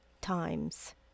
times